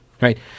right